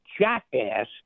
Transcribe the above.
jackass